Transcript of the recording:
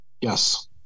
Yes